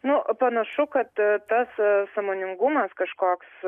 nu panašu kad tas sąmoningumas kažkoks